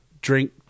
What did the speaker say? drink